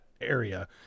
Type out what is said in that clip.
area